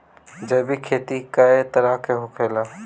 जैविक खेती कए तरह के होखेला?